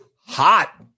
hot